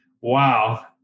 Wow